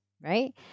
Right